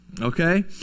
okay